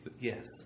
Yes